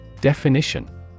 Definition